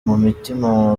mutima